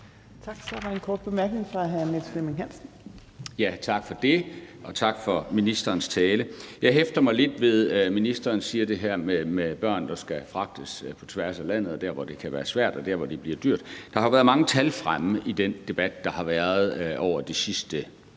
hr. Niels Flemming Hansen. Kl. 12:41 Niels Flemming Hansen (KF): Tak for det, og tak for ministerens tale. Jeg hæftede mig lidt ved, at ministeren sagde det her om børn, der skal fragtes på tværs af landet, hvor det kan være svært og det kan blive dyrt. Der har været mange tal fremme i den debat, der har været over de sidste par